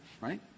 right